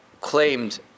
claimed